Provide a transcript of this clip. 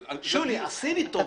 שולי, עשי לי טובה.